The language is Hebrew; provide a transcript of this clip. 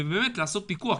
ובאמת לעשות פיקוח,